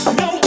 no